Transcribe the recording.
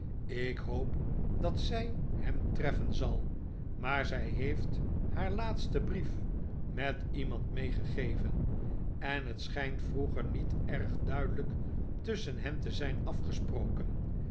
ik hoop dat zij hem treffen zal maar zij heeft haar laatsten brief met iemand meegegeven en het schijnt vroeger niet erg duidelijk tusschen hen te zijn afgesproken